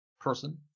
person